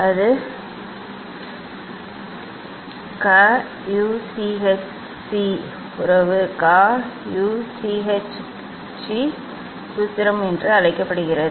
அது க uch சி உறவு க uch ச்சி சூத்திரம் என்று அழைக்கப்படுகிறது